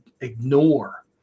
ignore